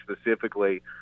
specifically